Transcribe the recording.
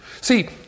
See